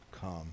come